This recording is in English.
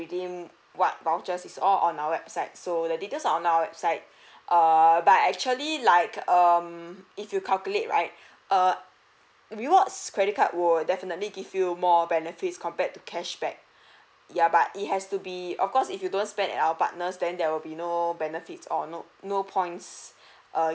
redeem what vouchers is all on our website so the details on our website err but actually like um if you calculate right err rewards credit card will definitely give you more benefits compared to cashback ya but it has to be of course if you don't spend at our partners then there will be no benefits or no no points err